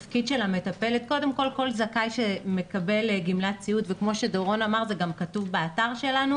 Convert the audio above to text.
כל זכאי שמקבל גמלת סיעוד - כמו שדורון אמר זה גם כתוב באתר שלנו